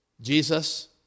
Jesus